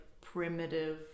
primitive